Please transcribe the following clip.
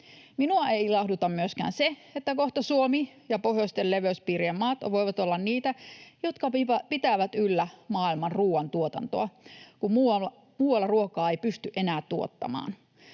Minua ei ilahduta myöskään se, että kohta Suomi ja pohjoisten leveyspiirien maat voivat olla niitä, jotka pitävät yllä maailman ruuantuotantoa, kun muualla ruokaa ei pysty enää tuottamaan.